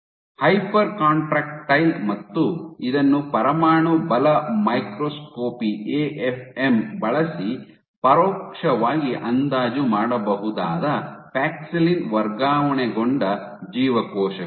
hyper contractile ಮತ್ತು ಇದನ್ನು ಪರಮಾಣು ಬಲ ಮೈಕ್ರೋಸ್ಕೋಪಿ ಎಎಫ್ಎಂ ಬಳಸಿ ಪರೋಕ್ಷವಾಗಿ ಅಂದಾಜು ಮಾಡಬಹುದಾದ ಪ್ಯಾಕ್ಸಿಲಿನ್ ವರ್ಗಾವಣೆಗೊಂಡ ಜೀವಕೋಶಗಳು